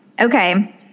okay